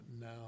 Now